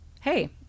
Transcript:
Hey